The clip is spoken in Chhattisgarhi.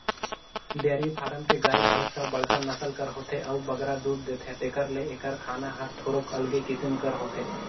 डेयरी फारम के गाय, भंइस ह बड़खा नसल कर होथे अउ बगरा दूद देथे तेकर ले एकर खाना हर थोरोक अलगे किसिम कर होथे